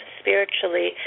spiritually